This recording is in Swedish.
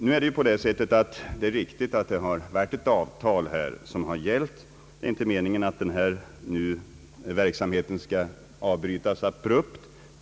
Nu har det funnits ett avtal rörande bidragsverksamheten, och det är inte meningen att den skall avbrytas abrupt.